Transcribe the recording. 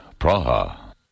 Praha